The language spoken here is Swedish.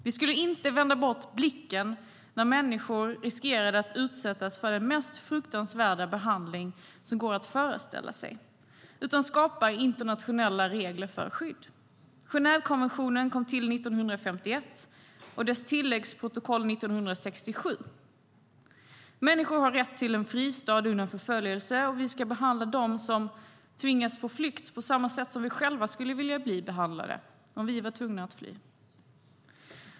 Vi skulle inte vända bort blicken när människor riskerar att utsättas för den mest fruktansvärda behandling som går att föreställa sig, utan vi skulle skapa internationella regler för skydd. Genèvekonventionen kom till 1951 och dess tilläggsprotokoll 1967.Människor har rätt till en fristad undan förföljelse och vi ska behandla dem som tvingas fly på samma sätt som vi själva skulle vilja bli behandlade om vi var tvungna att fly.